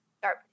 start